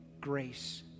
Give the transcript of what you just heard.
grace